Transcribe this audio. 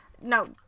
no